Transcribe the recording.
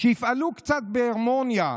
שיפעלו קצת בהרמוניה,